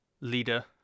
leader